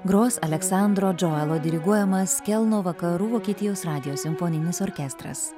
gros aleksandro džoelo diriguojamas kelno vakarų vokietijos radijo simfoninis orkestras